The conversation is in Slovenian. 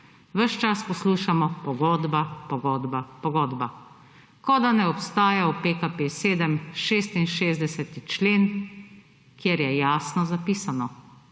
Ves čas poslušamo pogodba, pogodba, pogodba. Kot da ne obstaja v PKP 7 66. člen, kjer je jasno zapisano,